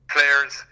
Players